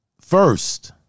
First